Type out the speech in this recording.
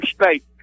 State